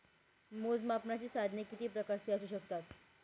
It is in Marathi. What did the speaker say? मोजमापनाची साधने किती प्रकारची असू शकतात?